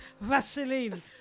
Vaseline